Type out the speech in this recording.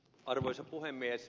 arvoisa puhemies